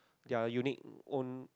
their unique own